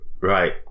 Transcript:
Right